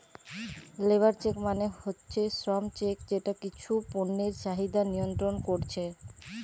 labour check মানে হচ্ছে শ্রম চেক যেটা কিছু পণ্যের চাহিদা নিয়ন্ত্রণ কোরছে